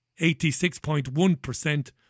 86.1%